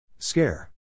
Scare